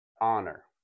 honor